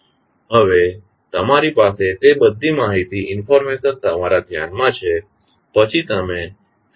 હવે તમારી પાસે તે બધી માહિતી તમારા ધ્યાનમાં છે પછી તમે લખી શકો છો